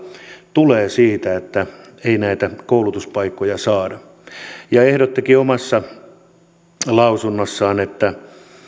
tulee siitä että ei näitä koulutuspaikkoja saada ja ehdottikin omassa lausunnossaan että